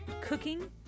cooking